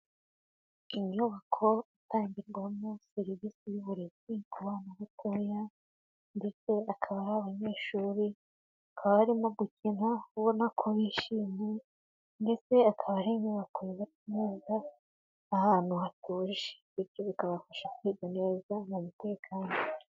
Inyubako itangirwamo serivisi y'uburezi kuba bana batoya, ndetse akaba ari abanyeshuri, bakaba barimo gukina, ubona ko bishimye, ndetse akaba ari inyubakoba yubatse neza ahantu hatuje bityo bikabafasha kwiga neza mu mutekano.